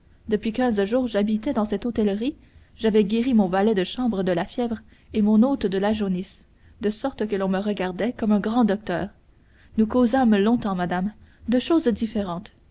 depuis quinze jours j'habitais dans cette hôtellerie j'avais guéri mon valet de chambre de la fièvre et mon hôte de la jaunisse de sorte que l'on me regardait comme un grand docteur nous causâmes longtemps madame de choses différentes